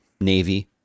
Navy-